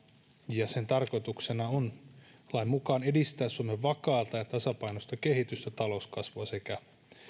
ja sen tarkoituksena on lain mukaan edistää suomen vakaata ja tasapainoista kehitystä talouskasvua sekä